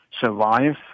survive